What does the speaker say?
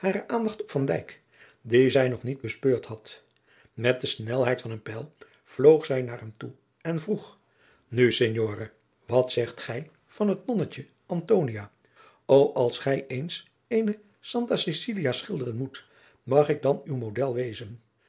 op van dijk dien zij nog niet bespeurd had met de snelheid van een pijl vloog zij naar hem toe en vroeg nu signore adriaan loosjes pzn het leven van maurits lijnslager wat zegt gij van het nonnetje antonia o als gij eens eene santa cecilia schilderen moet mag ik dan uw model wezen